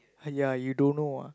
ya you don't know ah